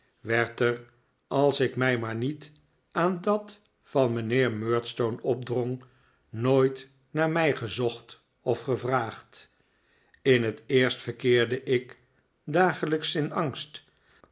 werd er als ik mij maar niet aan dat van mijnheer murdstone opdrong nooit naar mij gezocht of gevraagd in het eerst verkeerde ik dagelijks in angst